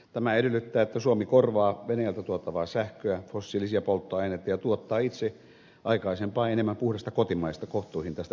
tämä edellyttää että suomi korvaa venäjältä tuotavaa sähköä fossiilisia polttoaineita ja tuottaa itse aikaisempaa enemmän puhdasta kotimaista kohtuuhintaista energiaa